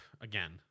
again